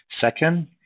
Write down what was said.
Second